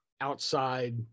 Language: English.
outside